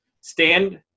stand